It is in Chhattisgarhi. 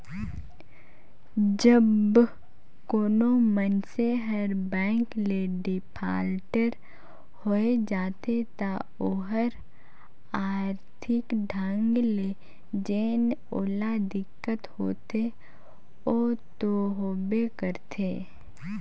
जब कोनो मइनसे हर बेंक ले डिफाल्टर होए जाथे ता ओहर आरथिक ढंग ले जेन ओला दिक्कत होथे ओ दो होबे करथे